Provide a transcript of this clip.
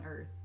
Earth